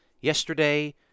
Yesterday